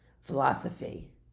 philosophy